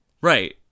Right